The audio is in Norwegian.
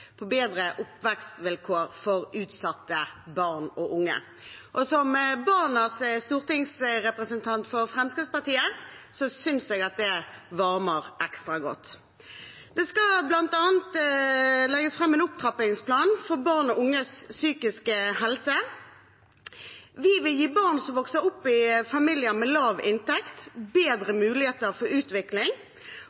varmer ekstra godt. Det skal bl.a. legges fram en opptrappingsplan for barn og unges psykiske helse. Vi vil gi barn som vokser opp i familier med lav inntekt, bedre